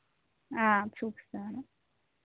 చూపిస్తా మేడం